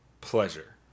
pleasure